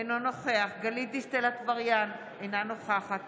אינו נוכח גלית דיסטל אטבריאן, אינה נוכחת